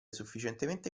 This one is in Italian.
sufficientemente